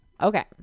Okay